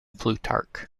plutarch